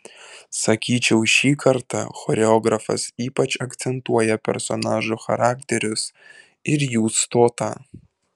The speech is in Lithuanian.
sakyčiau šį kartą choreografas ypač akcentuoja personažų charakterius ir jų stotą